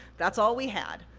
that's all we had.